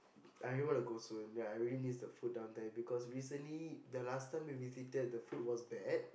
I really wanna go soon ya I really miss the food down there because recently the last time we visited the food was bad